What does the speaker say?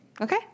Okay